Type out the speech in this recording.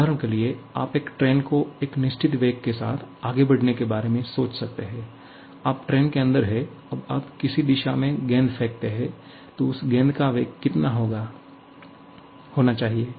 उदाहरण के लिए आप एक ट्रेन को एक निश्चित वेग के साथ आगे बढ़ने के बारे में सोच सकते हैं और आप ट्रेन के अंदर हैं अब आप किसी दिशा में गेंद फेंकते हैं तो उस गेंद का वेग कितना होना चाहिए